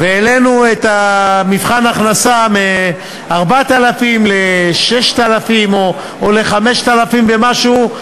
והעלינו את מבחן ההכנסה מ-4,000 ל-6,000 או ל-5,000 ומשהו,